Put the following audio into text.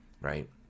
right